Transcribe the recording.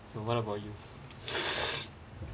so what about you